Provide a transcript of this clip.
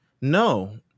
No